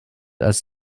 als